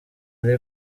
ari